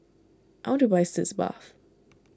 I want to buy Sitz Bath